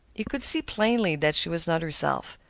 he could see plainly that she was not herself.